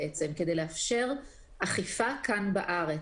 כדי לאפשר אכיפה כאן בארץ.